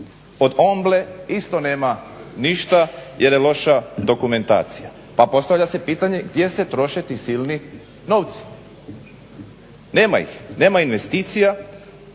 Od Omble isto nema ništa jer je loša dokumentacija. Pa postavlja se pitanje gdje se troše ti silni novci. Nema ih, nema investicija,